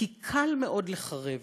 כי קל מאוד לחרב,